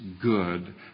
good